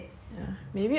忘记那个